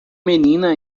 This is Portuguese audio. menina